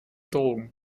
drogen